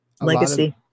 legacy